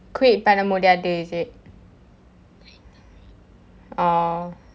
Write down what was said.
quit பண்ண முடியாது:panna mudiyaathu is it oh